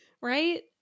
Right